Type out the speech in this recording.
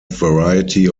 variety